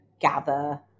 gather